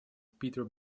peter